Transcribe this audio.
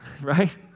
right